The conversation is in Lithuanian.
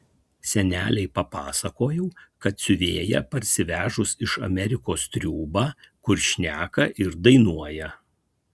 senelei papasakojau kad siuvėja parsivežus iš amerikos triūbą kur šneka ir dainuoja